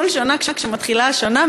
כל שנה כשמתחילה השנה,